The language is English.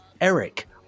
Eric